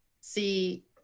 see